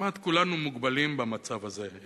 כמעט כולנו מוגבלים במצב הזה,